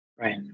Right